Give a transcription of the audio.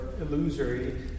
illusory